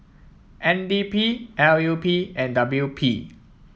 N D P L U P and W P